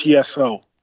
TSO